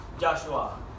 Joshua